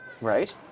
right